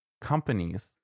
companies